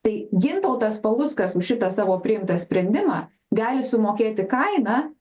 tai gintautas paluckas už šitą savo priimtą sprendimą gali sumokėti kainą